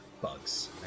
Bugs